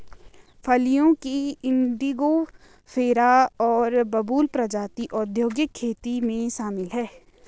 फलियों की इंडिगोफेरा और बबूल प्रजातियां औद्योगिक खेती में शामिल हैं